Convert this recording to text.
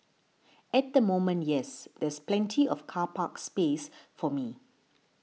at the moment yes there's plenty of car park space for me